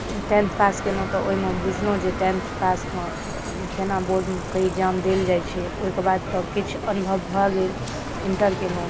tenth pass कयलहुँ तऽ ओहिमे बुझलहुँ जे टेन्थ पासमे केना बोर्ड कऽ इक्जाम देल जाइत छै ओहिके बाद तऽ किछु अनुभव भऽ गेल इण्टर कयलहुँ